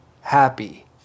happy